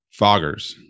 foggers